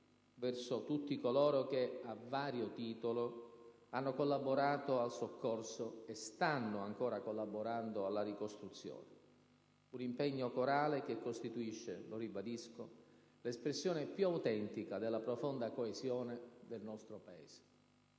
verso tutti coloro che, a vario titolo, hanno collaborato al soccorso e stanno ancora collaborando alla ricostruzione: un impegno corale che costituisce - lo ribadisco - l'espressione più autentica della profonda coesione del nostro Paese.